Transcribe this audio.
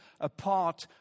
apart